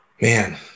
Man